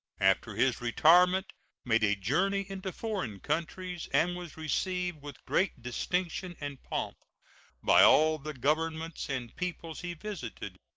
after his retirement made a journey into foreign countries, and was received with great distinction and pomp by all the governments and peoples he visited.